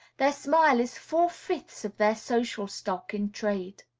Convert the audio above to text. their smile is four-fifths of their social stock in trade.